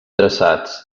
traçats